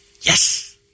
Yes